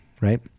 right